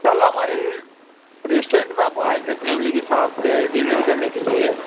کل ہمارے ریسٹورینٹ میں آپ آئے تھے فیملی کے ساتھ ڈنر کرنے کے لیے